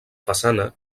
façana